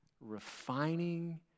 refining